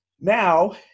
now